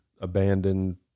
abandoned